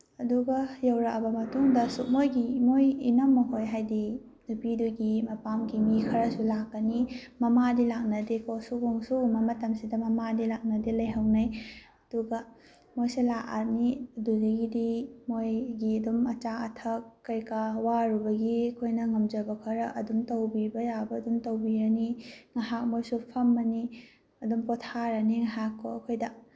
ꯑꯗꯨꯒ ꯌꯧꯔꯛꯑꯕ ꯃꯇꯨꯡꯗꯁꯨ ꯃꯣꯏꯒꯤ ꯃꯣꯏ ꯏꯅꯝꯃ ꯍꯣꯏ ꯍꯥꯏꯗꯤ ꯅꯨꯄꯤꯗꯨꯒꯤ ꯃꯄꯥꯝꯒꯤ ꯃꯤ ꯈꯔꯁꯨ ꯂꯥꯛꯀꯅꯤ ꯃꯃꯥꯗꯤ ꯂꯥꯛꯅꯗꯦꯀꯣ ꯁꯨꯒꯨꯝꯕ ꯃꯇꯝꯁꯤꯗ ꯃꯃꯥꯗꯤ ꯂꯥꯛꯅꯗꯦ ꯂꯩꯍꯧꯅꯩ ꯑꯗꯨꯒ ꯃꯣꯏꯁꯦ ꯂꯥꯛꯑꯅꯤ ꯑꯗꯨꯗꯒꯤꯗꯤ ꯃꯣꯏꯒꯤ ꯑꯗꯨꯝ ꯑꯆꯥ ꯑꯊꯛ ꯀꯩꯀꯥ ꯋꯥꯔꯨꯕꯒꯤ ꯑꯩꯈꯣꯏꯅ ꯉꯝꯖꯕ ꯈꯔ ꯑꯗꯨꯝ ꯇꯧꯕꯤꯕ ꯌꯥꯕ ꯑꯗꯨꯝ ꯇꯧꯕꯤꯔꯅꯤ ꯉꯍꯥꯛ ꯃꯣꯏꯁꯨ ꯐꯝꯃꯅꯤ ꯑꯗꯨꯝ ꯄꯣꯊꯥꯔꯅꯤ ꯉꯍꯥꯛꯀꯣ ꯑꯩꯈꯣꯏꯗ